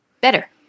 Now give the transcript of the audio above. Better